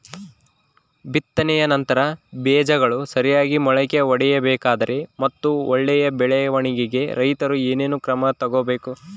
ಬಿತ್ತನೆಯ ನಂತರ ಬೇಜಗಳು ಸರಿಯಾಗಿ ಮೊಳಕೆ ಒಡಿಬೇಕಾದರೆ ಮತ್ತು ಒಳ್ಳೆಯ ಬೆಳವಣಿಗೆಗೆ ರೈತರು ಏನೇನು ಕ್ರಮ ತಗೋಬೇಕು?